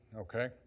okay